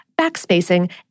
backspacing